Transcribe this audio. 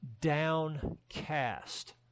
downcast